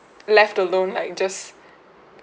left alone like just